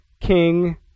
king